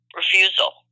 refusal